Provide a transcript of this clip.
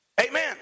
Amen